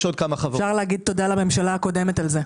יש עוד כמה חברות- -- אפשר לומר תודה לממשלה הקודמת על זה.